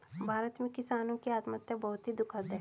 भारत में किसानों की आत्महत्या बहुत ही दुखद है